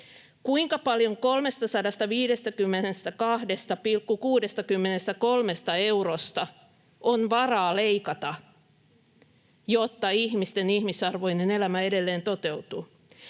Kuinka paljon 352,63 eurosta on varaa leikata, jotta ihmisten ihmisarvoinen elämä edelleen toteutuu?